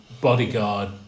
Bodyguard